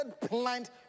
plant